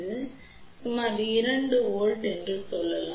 எனவே இங்கே சுமார் 2 வோல்ட் என்று சொல்லலாம்